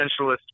essentialist